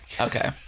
Okay